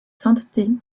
sainteté